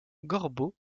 gorbeau